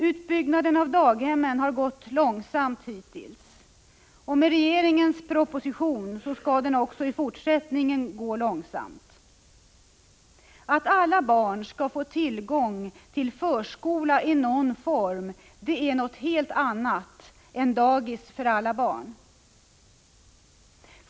Utbyggnaden av daghemmen har gått långsamt hittills, och med regeringens proposition skall den också i fortsättningen gå långsamt. Att alla barn skall få tillgång till förskola i någon form är något helt annat än dagis för alla — Prot. 1985/86:43 barn.